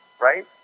right